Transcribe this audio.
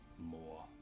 more